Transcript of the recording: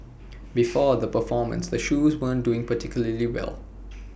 before the performance the shoes weren't doing particularly well